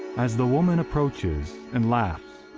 as the woman approaches and laughs,